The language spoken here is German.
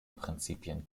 prinzipien